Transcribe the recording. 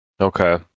Okay